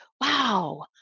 wow